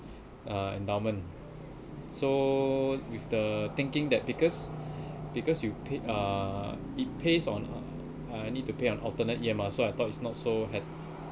uh endowment so with the thinking that because because you paid uh it pays on uh I need to pay on alternate year mah so I thought is not so hec~